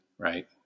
Right